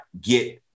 get